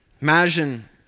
Imagine